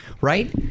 right